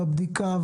הבדיקה,